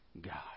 God